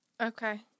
Okay